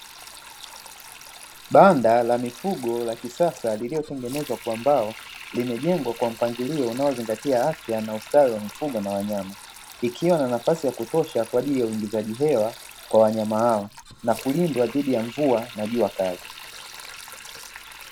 Banda la mifugo la kisasa iliyotengenezwa kwa mbao limejengwa kwa mpangilio unaozingatia afya na ustawi wa mifugo na wanyama, ikiwa na nafasi ya kutosha kwa ajili ya uigizaji hewa kwa wanyama hao, na kulindwa dhidi ya mvua na jua kali.